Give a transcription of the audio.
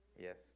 yes